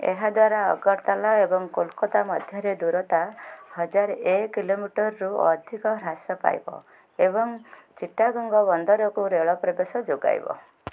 ଏହା ଦ୍ୱାରା ଅଗରତାଲା ଏବଂ କୋଲକାତା ମଧ୍ୟରେ ଦୂରତା ହଜାର ଏ କିଲୋମିଟରରୁ ଅଧିକ ହ୍ରାସ ପାଇବ ଏବଂ ଚିଟାଗଙ୍ଗ ବନ୍ଦରକୁ ରେଳ ପ୍ରବେଶ ଯୋଗାଇବ